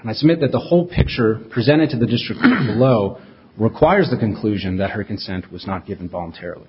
i submit that the whole picture presented to the district low requires the conclusion that her consent was not given voluntarily